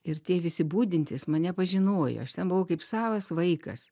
ir tie visi budintys mane pažinojo aš ten buvau kaip savas vaikas